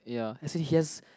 ya as in he has